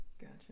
Gotcha